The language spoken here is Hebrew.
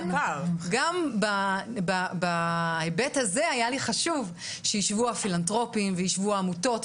גם בהיבט הזה היה לי חשוב שישבו הפילנטרופים וישבו העמותות,